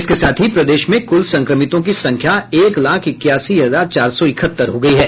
इसके साथ ही प्रदेश में कुल संक्रमितों की संख्या एक लाख इक्यासी हजार चार सौ इक्हत्तर हो गयी है